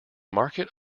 market